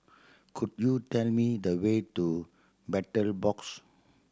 could you tell me the way to Battle Box